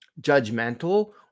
judgmental